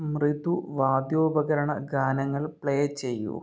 മൃദു വാദ്യോപകരണ ഗാനങ്ങൾ പ്ലേ ചെയ്യൂ